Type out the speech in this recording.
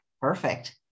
perfect